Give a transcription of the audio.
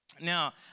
Now